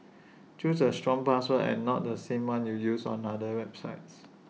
choose A strong password and not the same one you use on other websites